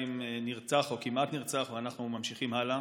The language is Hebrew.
נרצח או כמעט נרצח ואנחנו ממשיכים הלאה.